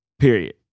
Period